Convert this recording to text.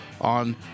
on